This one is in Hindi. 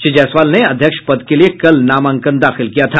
श्री जायसवाल ने अध्यक्ष पद के लिए कल नामांकन दाखिल किया था